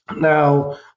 Now